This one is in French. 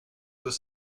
deux